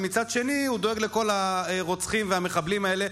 ומצד שני הוא דואג לכל הרוצחים והמחבלים האלה,